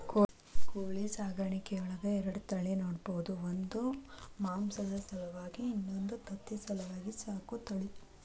ಕೋಳಿ ಸಾಕಾಣಿಕೆಯೊಳಗ ಎರಡ ತಳಿ ನೋಡ್ಬಹುದು ಒಂದು ಮಾಂಸದ ಸಲುವಾಗಿ ಇನ್ನೊಂದು ತತ್ತಿ ಸಲುವಾಗಿ ಸಾಕೋ ತಳಿ